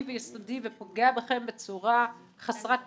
ויסודי ופוגע בכם בצורה חסרת תקדים,